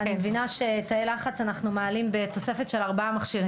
אני מבינה שתאי לחץ אנחנו מעלים בתוספת של ארבעה מכשירים.